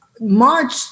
March